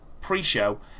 pre-show